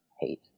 hate